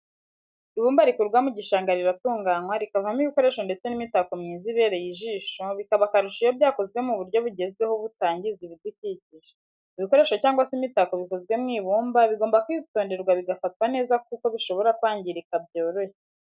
Ibumba rikurwa mu gishanga riratunganywa rikavamo ibikoresho ndetse n'imitako myiza ibereye ijisho bikaba akarusho iyo byakozwe mu buryo bugezweho butangiza ibidukikije. ibikoresho cyangwa se imitako bikozwe mu ibumba bigomba kwitonderwa bigafatwa neza kuko bishobora kwangirika byoroshye.